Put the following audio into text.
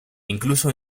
incluso